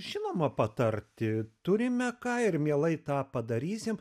žinoma patarti turime ką ir mielai tą padarysime